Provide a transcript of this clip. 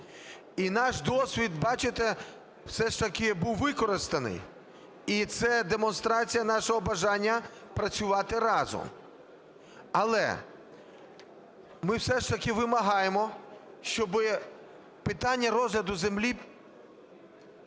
І наш досвід, бачите, все ж таки був використаний, і це демонстрація нашого бажання працювати разом. Але ми все ж таки вимагаємо, щоби питання розгляду землі